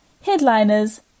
Headliners